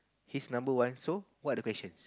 his number one so what are the questions